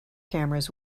cameras